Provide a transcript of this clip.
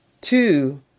two